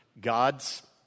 God's